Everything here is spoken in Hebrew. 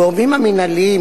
הגורמים המינהליים,